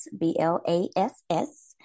b-l-a-s-s